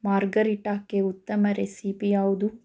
ಮಾರ್ಗರಿಟಾಕ್ಕೆ ಉತ್ತಮ ರೆಸಿಪಿ ಯಾವುದು